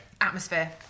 Atmosphere